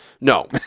No